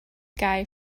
guy